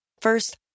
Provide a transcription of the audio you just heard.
First